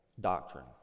doctrine